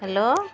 hello